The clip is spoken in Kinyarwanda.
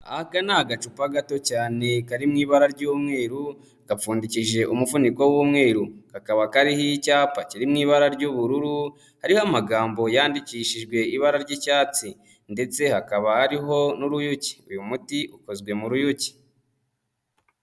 Aka ni agacupa gato cyane kari mu ibara ry'umweru gapfundikishije umufuniko w'umweru, kakaba kariho icyapa kiri mu ibara ry'ubururu hariho amagambo yandikishijwe ibara ry'icyatsi ndetse hakaba hariho n'uruyuki. Uyu muti ukozwe mu ruyuki.